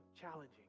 challenging